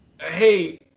hey